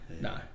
no